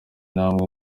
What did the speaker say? intambwe